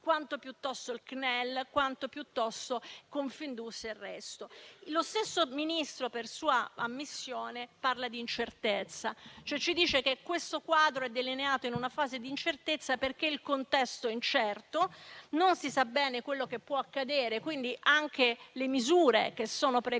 della Camera, il CNEL o Confindustria). Lo stesso Ministro, per sua ammissione, parla di incertezza, cioè ci dice che questo quadro è delineato in una fase di incertezza perché il contesto è tale, non si sa bene quello che può accadere, quindi anche le misure che sono previste